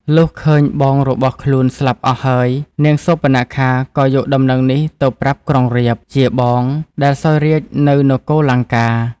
លុះឃើញបងរបស់ខ្លួនស្លាប់អស់ហើយ នាងសូរបនខាក៏យកដំណឹងនេះទៅប្រាប់ក្រុងរាពណ៍ ជាបង ដែលសោយរាជ្យនៅនគរលង្កា។